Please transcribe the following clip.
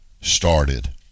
started